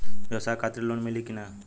ब्यवसाय खातिर लोन मिली कि ना?